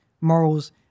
morals